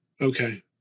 Okay